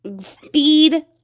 feed